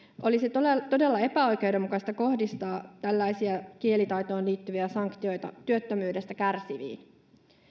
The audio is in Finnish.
olisi todella todella epäoikeudenmukaista kohdistaa tällaisia kielitaitoon liittyviä sanktioita työttömyydestä kärsiviin